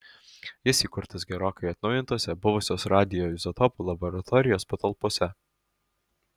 jis įkurtas gerokai atnaujintose buvusios radioizotopų laboratorijos patalpose